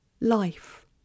life